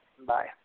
Bye